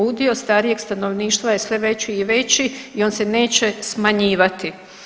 Udio starijeg stanovništva je sve veći i veći i on se neće smanjivati.